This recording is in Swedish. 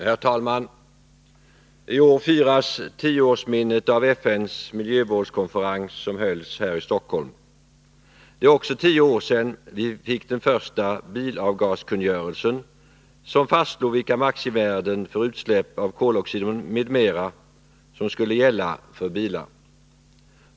Herr talman! I år firas tioårsminnet av FN:s miljövårdskonferens, som hölls här i Stockholm. Det är också tio år sedan vi fick den första bilavgaskungörelsen, som fastslog vilka maximivärden för utsläpp av koloxid m.m. som skulle gälla för bilar.